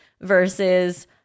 versus